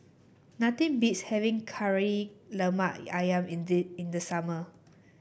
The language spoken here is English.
nothing beats having Kari Lemak ayam in the in the summer